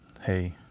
hey